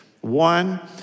One